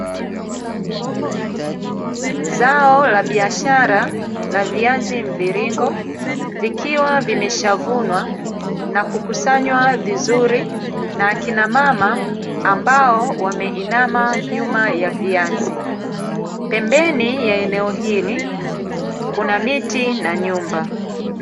Zao la biashara la viazi mviringo vikiwa vimeshavunwa na kukusanywa vizuri, na akina mama ambao wameinama nyuma ya viazi. Pembeni ya eneo hili kuna miti na nyumba.